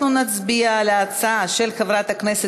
ההצעה להעביר את הנושא